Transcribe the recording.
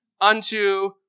unto